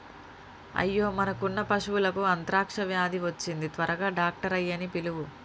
అయ్యో మనకున్న పశువులకు అంత్రాక్ష వ్యాధి వచ్చింది త్వరగా డాక్టర్ ఆయ్యన్నీ పిలువు